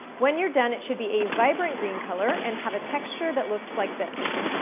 when you're done it should be a vibrant green color and have a texture that looks like this.